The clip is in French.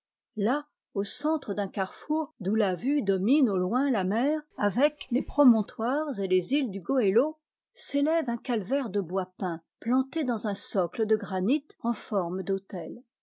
là au centre d'un carrefour d'où la vue domine au loin la mer avec les promontoires et les îles du goélo s'élève un calvaire de bois peint planté dans un socle de granit en forme d'autel